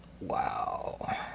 Wow